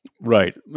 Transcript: Right